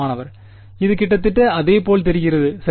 மாணவர் இது கிட்டத்தட்ட அதே போல தெரிகிறது சரி